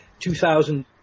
2000